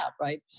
Right